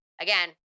again